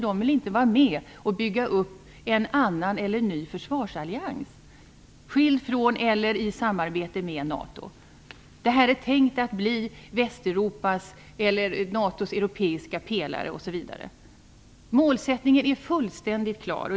De vill inte vara med och bygga upp en annan, eller en ny, försvarsallians skild från eller i samarbete med Detta är tänkt att bli NATO:s europeiska pelare osv. Målsättningen är fullständigt klar.